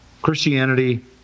Christianity